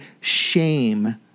shame